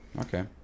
Okay